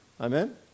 amen